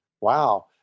Wow